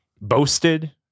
Boasted